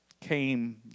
came